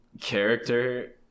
character